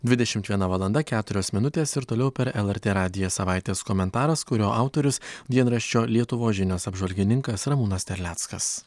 dvidešimt viena valanda keturios minutės ir toliau per lrt radiją savaitės komentaras kurio autorius dienraščio lietuvos žinios apžvalgininkas ramūnas terleckas